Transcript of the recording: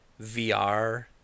VR